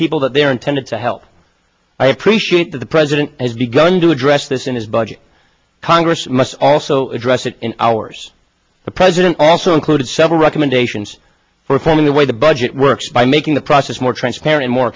people that they are intended to help i appreciate the president has begun to address this in his budget congress must also address it in ours the president also included several recommendations for reforming the way the budget works by making the process more transparent more